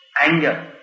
anger